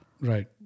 Right